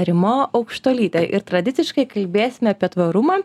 rima aukštuolytė ir tradiciškai kalbėsime apie tvarumą